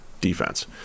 defense